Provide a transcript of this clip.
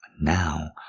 now